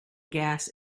gas